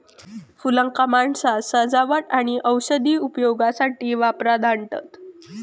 फुलांका माणसा सजावट आणि औषधी उपयोगासाठी वापरात आणतत